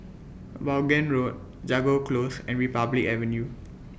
Vaughan Road Jago Close and Republic Avenue